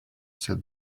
said